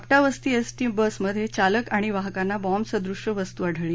आपटा वस्ती एसटी बसमध्ये चालक आणि वाहकांना बॉम्बसदृश वस्तू आढळली